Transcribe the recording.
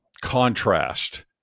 contrast